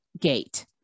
gate